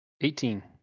Eighteen